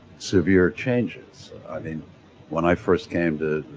severe changes. i mean when i first came to